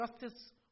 Justice